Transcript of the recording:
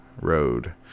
Road